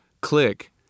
Click